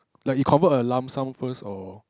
like you convert a lump sum first or